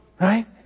right